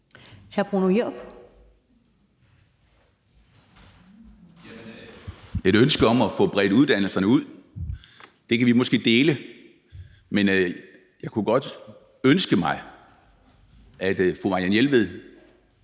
Jerup (EL): Et ønske om at få bredt uddannelserne ud kan vi måske dele, men jeg kunne godt ønske mig, at fru Marianne Jelved